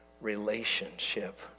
relationship